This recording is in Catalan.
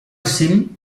cim